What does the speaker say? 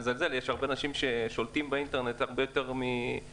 לא מזלזל יש הרבה אנשים ששולטים באינטרנט הרבה יותר מכלל